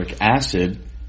acid